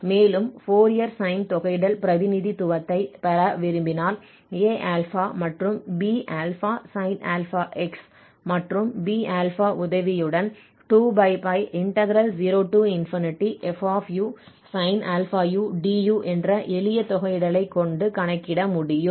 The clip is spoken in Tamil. மேலும் ஃபோரியர் சைன் தொகையிடல் பிரதிநிதித்துவத்தைப் பெற விரும்பினால் Aα மற்றும் Bα sin αx மற்றும் B α உதவியுடன் 20fusin αu du என்ற எளிய தொகையிடலைக் கொண்டு கணக்கிட முடியும்